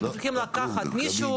צריכות לקחת מישהו,